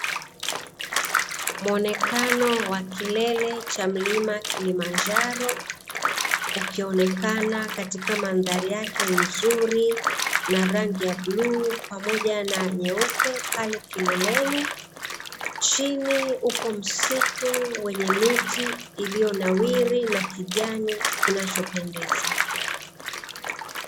Muonekano wa kilele cha mlima Kilimanjaro, ukionekana katika mandhari yake nzuri na rangi ya bluu pamoja na nyeupe pale kileleni. Chini upo msitu wenye miti iliyonawiri na kijani kinachopendeza.